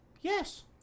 Yes